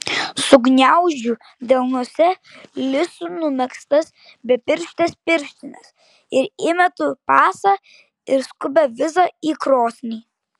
sugniaužiu delnuose lisu numegztas bepirštes pirštines ir įmetu pasą ir skubią vizą į krosnį